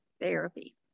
therapy